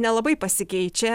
nelabai pasikeičia